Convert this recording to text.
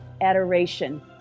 adoration